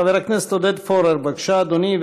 חבר הכנסת עודד פורר, בבקשה, אדוני.